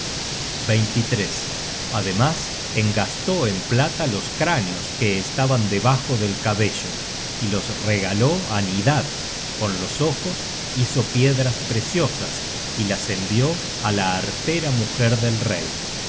de enfriar ademas engastó en plata los cráneos que estaban debajo del cabello y los regaló á nidad con los ojos hizo piedras preciosas y las envió á la artera mujer del rey